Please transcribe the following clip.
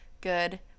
good